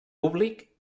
públic